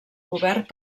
cobert